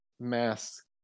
mask